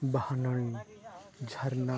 ᱵᱟᱦᱟ ᱱᱟᱹᱲᱤ ᱡᱷᱟᱨᱱᱟ